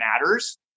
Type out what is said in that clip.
matters